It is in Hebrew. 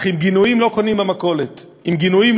אך עם גינויים לא קונים במכולת; עם גינויים